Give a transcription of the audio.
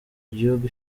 gihugu